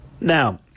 Now